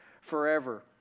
forever